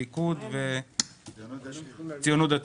ליכוד וציונות דתית.